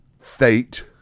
fate